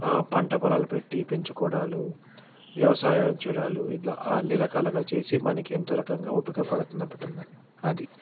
పంట పొలాలు పెట్టి పెంచుకోవడాలు వ్యవసాయం చేయడాలు ఇలా అలా అన్నీ రకాలుగా చేసి మనకి ఎంతో రకంగా ఉపయోగపడుతున్న పడుతున్నాయి అది